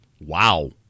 Wow